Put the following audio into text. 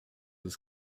des